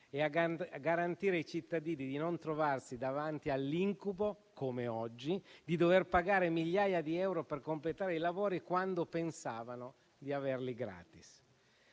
e a garantire ai cittadini di non trovarsi, come oggi, davanti all'incubo di dover pagare migliaia di euro per completare i lavori quando pensavano di averli gratis.